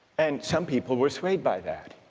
and some people were swayed by that.